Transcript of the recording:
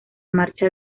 marcha